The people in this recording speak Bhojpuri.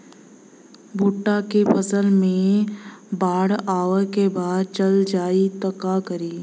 भुट्टा के फसल मे बाढ़ आवा के बाद चल जाई त का करी?